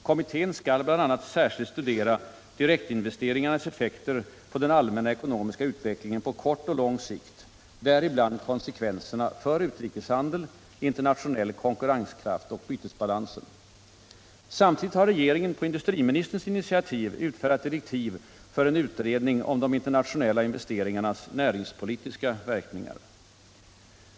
Kommittén skall bl.a. särskilt studera direktinvesteringarnas effekter på den allmänna ekonomiska utvecklingen på kort och lång sikt, däribland konsekvenserna för utrikeshandel, internationell konkurrenskraft och bytesbalans. Samtidigt har regeringen på industriministerns initiativ utfärdat direktiv för en utredning om de internationella investeringarnas näringspolitiska verkningar.